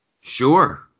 Sure